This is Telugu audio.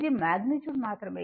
ఇది మాగ్నిట్యూడ్ మాత్రమే